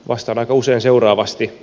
vastaan aika usein seuraavasti